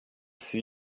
see